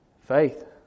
Faith